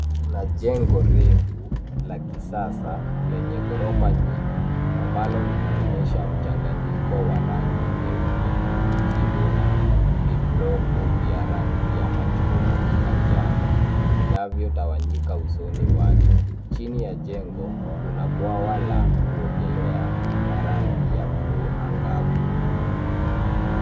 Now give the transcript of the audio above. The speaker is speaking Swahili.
Kuna jengo refu la kisasa lenye ghorofa nyingi ambalo linaonyesha mchanganyiko wa rangi nyeupe, kijivu na viblocku vya rangi ya machungwa na njano vinavyotawanyika usoni wake. Chini ya jengo kuna bwawa la kuogelea la rangi ya bluu angavu.